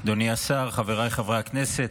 אדוני השר, חבריי חברי הכנסת,